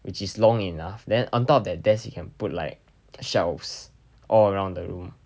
which is long enough then on top of that desk you can put like shelves all around the room